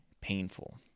painful